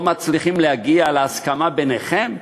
לא מצליחים להגיע להסכמה ביניכם,